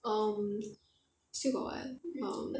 um still got what um